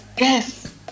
Yes